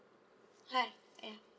hi ya